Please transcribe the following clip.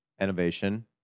innovation